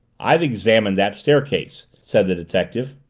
i've examined that staircase, said the detective.